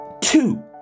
Two